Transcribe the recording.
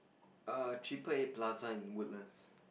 err Triple Eight Plaza in Woodlands